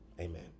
Amen